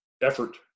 effort